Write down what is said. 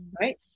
right